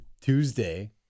Tuesday